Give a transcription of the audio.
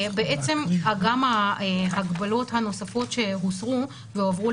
בעצם גם ההגבלות הנוספות שהוסרו והועברו